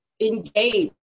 engage